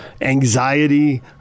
anxiety